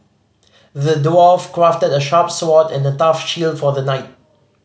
the dwarf crafted a sharp sword and a tough shield for the knight